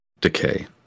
decay